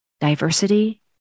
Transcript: diversity